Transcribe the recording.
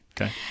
Okay